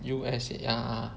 U_S_A uh uh